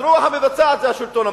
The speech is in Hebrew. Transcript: הזרוע המבצעת, זה השלטון המקומי.